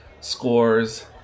scores